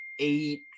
eight